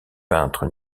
peintre